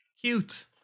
Cute